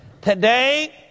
today